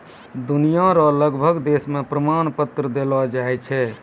दुनिया रो लगभग देश मे प्रमाण पत्र देलो जाय छै